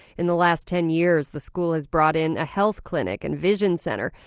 in the last ten years the school has brought in a health clinic and vision center.